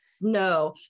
no